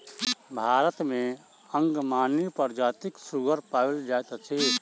भारत मे अंगमाली प्रजातिक सुगर पाओल जाइत अछि